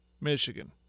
Michigan